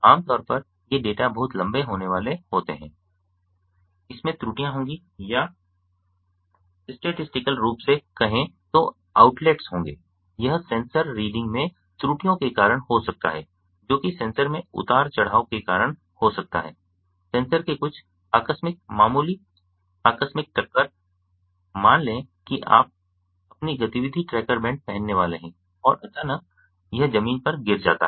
आम तौर पर ये डेटा बहुत लंबे होने वाले होते हैं इसमें त्रुटियां होंगी या स्टेटिस्टिकल रूप से कहें तो आउटलेट्स होंगे यह सेंसर रीडिंग में त्रुटियों के कारण हो सकता है जो कि सेंसर में उतार चढ़ाव के कारण हो सकता है सेंसर के कुछ आकस्मिक मामूली आकस्मिक टक्कर मान लें कि आप अपनी गतिविधि ट्रैकर बैंड पहनने वाले हैं और अचानक यह जमीन पर गिर जाता है